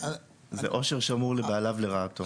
אושר שמור לבעליו לרעתו.